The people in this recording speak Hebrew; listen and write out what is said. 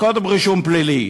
קודם רישום פלילי.